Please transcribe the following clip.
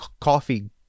coffee